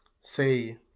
say